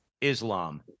Islam